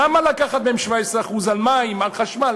למה לקחת מהם 17% על מים, על חשמל?